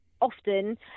often